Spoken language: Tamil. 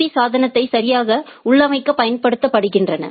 பீ சாதனத்தை சரியாக உள்ளமைக்க பயன்படுத்தப்படுகின்றன